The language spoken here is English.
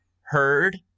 heard